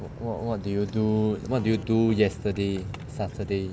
what what do you do what do you do yesterday saturday